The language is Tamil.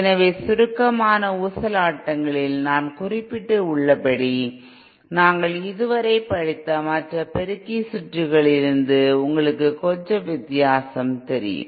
எனவே சுருக்கமான ஊசலாட்டங்களில் நான் குறிப்பிட்டுள்ளபடி நாங்கள் இதுவரை படித்த மற்ற பெருக்கி சுற்றுகளிலிருந்து உங்களுக்கு கொஞ்சம் வித்தியாசம் தெரியும்